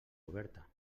oberta